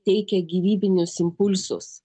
teikia gyvybinius impulsus